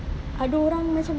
ada orang macam